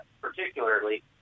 particularly